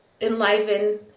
enliven